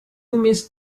mist